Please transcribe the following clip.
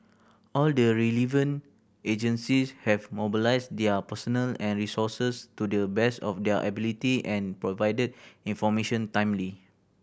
all the relevant agencies have mobilised their personnel and resources to the best of their ability and provided information timely